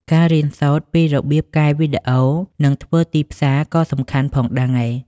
ការរៀនសូត្រពីរបៀបកែវីដេអូនិងធ្វើទីផ្សារក៏សំខាន់ផងដែរ។